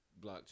blockchain